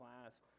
class